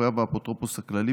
מחויב האפוטרופוס הכללי,